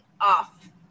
off